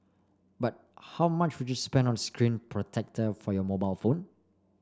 but how much would you spend on a screen protector for your mobile phone